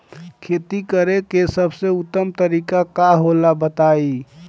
खेती करे के सबसे उत्तम तरीका का होला बताई?